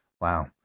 Wow